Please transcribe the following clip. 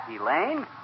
Elaine